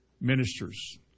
ministers